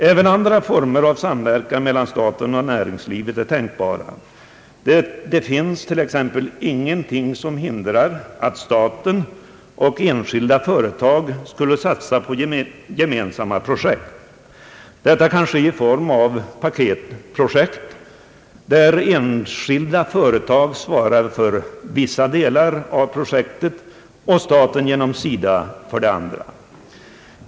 Även andra former av samverkan mellan staten och näringslivet är tänkbara. Det finns ingenting som hindrar att staten och enskilda företag skulle satsa på gemensamma projekt. Detta kan ske i form av paketprojekt, där enskilda företag svarar för vissa delar av projektet och staten genom SIDA för andra delar.